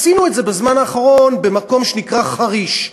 עשינו את זה בזמן האחרון במקום שנקרא חריש.